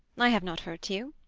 i have not hurt you.